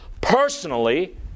personally